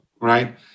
right